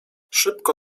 szybko